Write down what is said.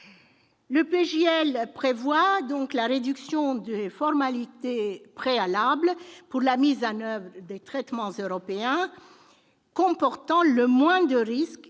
de loi prévoit la réduction des formalités préalables pour la mise en oeuvre des traitements comportant le moins de risques